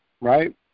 right